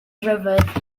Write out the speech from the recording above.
rhyfedd